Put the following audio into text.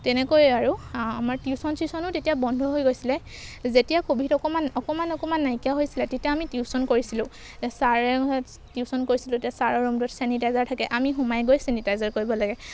তেনেকৈ আৰু আমাৰ টিউশ্যন চিউশ্যনো তেতিয়া বন্ধ হৈ গৈছিলে যেতিয়া ক'ভিড অকণমান অকণমান অকণমান নাইকিয়া হৈছিলে তেতিয়া আমি টিউশ্যন কৰিছিলোঁ ছাৰে টিউশ্যন কৰিছিলোঁ তেতিয়া ছাৰৰ ৰুমটোত চেনিটাইজাৰ থাকে আমি সোমাই গৈ চেনিটাইজাৰ কৰিব লাগে